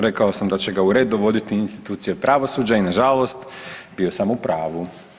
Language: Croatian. Rekao sam da će ga u red dovoditi institucije pravosuđa i na žalost bio sam u pravu.